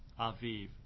Aviv